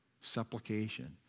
Supplication